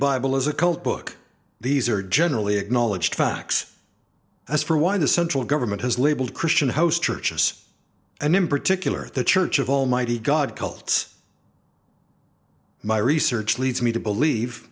bible as a cult book these are generally acknowledged facts as for why the central government has labelled christian host churches and in particular the church of almighty god cults my research leads me to believe